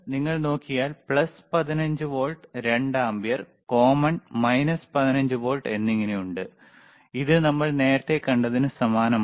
നിങ്ങൾ നോക്കിയാൽ plus 15 volt 2 ampere common minus 15 volt എന്നിങ്ങനെ ഉണ്ട് ഇത് നമ്മൾ നേരത്തെ കണ്ടതിന് സമാനമാണ്